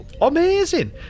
amazing